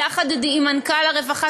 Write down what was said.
יחד עם מנכ"ל משרד הרווחה,